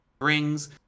rings